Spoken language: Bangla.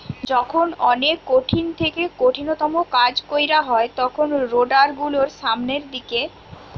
যখন অনেক কঠিন থেকে কঠিনতম কাজ কইরা হয় তখন রোডার গুলোর সামনের দিকে উচ্চটানের দরকার পড়তিছে